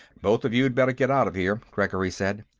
both of you'd better get out of here, gregory said.